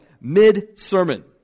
mid-sermon